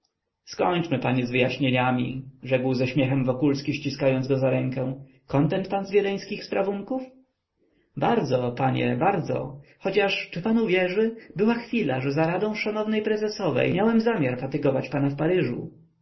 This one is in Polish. skończmy panie z wyjaśnieniami rzekł ze śmiechem wokulski ściskając go za rękę kontent pan z wiedeńskich sprawunków bardzo panie bardzo chociaż czy pan uwierzy była chwila że za radą szanownej prezesowej miałem zamiar fatygować pana w paryżu